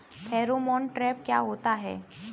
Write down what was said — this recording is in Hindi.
फेरोमोन ट्रैप क्या होता है?